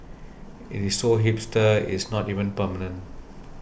it is so hipster it is not even permanent